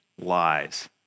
lies